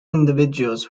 individuals